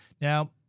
Now